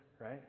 right